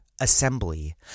Assembly